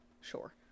sure